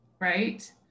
right